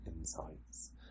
insights